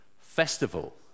Festival